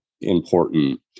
important